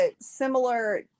similar